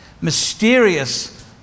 mysterious